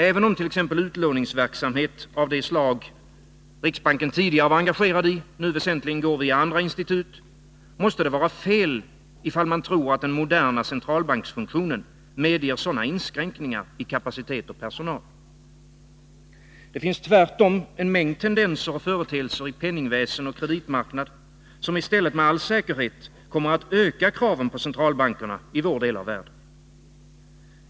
Även om t.ex. utlåningsverksamhet av de slag riksbanken tidigare var engagerad i väsentligen går via andra institut, måste det vara fel att tro att den moderna centralbanksfunktionen medger sådana inskränkningar i kapacitet och personal. Det finns tvärtom en mängd tendenser och företeelser i penningväsen och kreditmarknad, som i stället med all säkerhet kommer att öka kraven på centralbankerna i vår del av världen.